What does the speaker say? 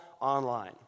online